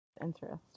interesting